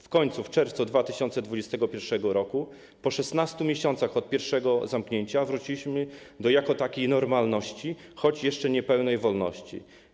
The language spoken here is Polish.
W końcu w czerwcu 2021 r. po 16 miesiącach od pierwszego zamknięcia wróciliśmy do jako takiej normalności, choć jeszcze niepełnej wolności.